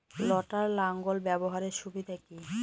লটার লাঙ্গল ব্যবহারের সুবিধা কি?